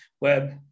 web